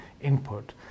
input